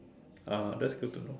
ah that's good to know